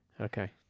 Okay